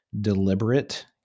deliberate